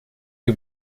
you